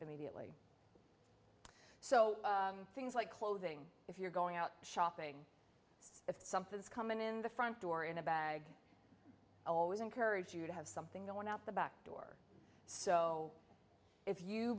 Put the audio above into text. immediately so things like clothing if you're going out shopping if something is coming in the front door in a bag i always encourage you to have something going out the back door so if you